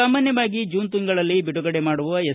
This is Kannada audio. ಸಾಮಾನ್ನವಾಗಿ ಜೂನ್ ತಿಂಗಳಲ್ಲಿ ಬಿಡುಗಡೆ ಮಾಡುವ ಎಸ್